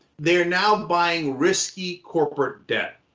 they are now buying risky corporate debt.